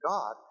God